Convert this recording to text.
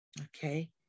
Okay